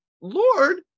Lord